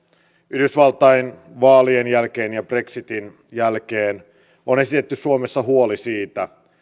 yhdysvaltain vaalien jälkeen ja brexitin jälkeen on suomessa esitetty huoli siitä